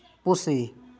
ᱯᱩᱥᱤ